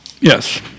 Yes